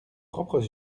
propres